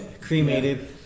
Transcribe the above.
cremated